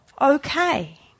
Okay